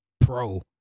pro